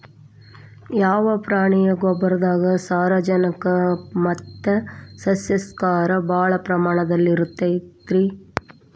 ಯಾವ ಪ್ರಾಣಿಯ ಗೊಬ್ಬರದಾಗ ಸಾರಜನಕ ಮತ್ತ ಸಸ್ಯಕ್ಷಾರ ಭಾಳ ಪ್ರಮಾಣದಲ್ಲಿ ಇರುತೈತರೇ?